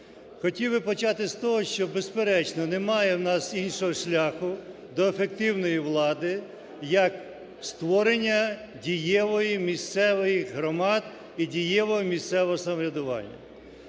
Хотів би почати з того, що, безперечно, немає в нас іншого шляху до ефективної влади, як створення дієвих місцевих громад і дієвого місцевого самоврядування.